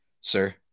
Sir